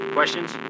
Questions